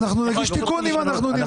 אנחנו נגיש תיקון אם אנחנו נרצה.